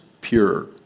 pure